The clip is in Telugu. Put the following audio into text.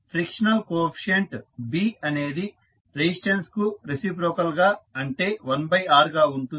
ఫ్రిక్షనల్ కోఎఫీసియంట్ B అనేది రెసిస్టెన్స్ కు రెసిప్రోకల్ గా అంటే 1R గా ఉంటుంది